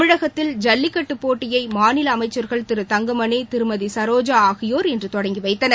தமிழகத்தில் ஜல்லிக்கட்டு போட்டியை மாநில அமைச்சர்கள் திரு தங்கமணி திருமதி சரோஜா ஆகியோா் இன்று தொடங்கி வைத்தனர்